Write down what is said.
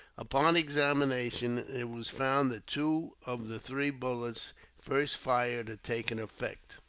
upon examination, it was found that two of the three bullets first fired taken effect.